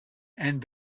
and